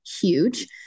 huge